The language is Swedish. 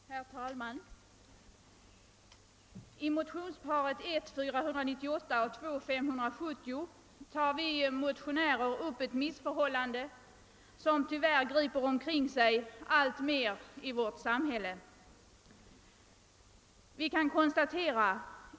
Herr talman! I motionsparet I1:498 och II: 570 tar vi motionärer upp ett missförhållande som tyvärr griper omkring sig alltmer i vårt samhälle.